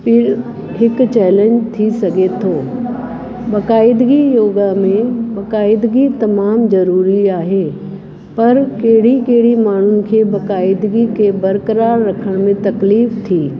पिणि हिकु चैलेंज थी सघे थो बाक़ाइदगी योगा में बाक़ाइदगी तमामु ज़रूरी आहे पर कहिड़ी कहिड़ी माण्हुनि खे बाक़ाइदगी के बरकरार रखण में तकलीफ़ थी